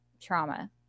trauma